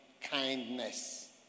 kindness